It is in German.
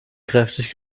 kräftig